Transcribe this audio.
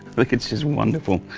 look it's just wonderful.